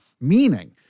meaning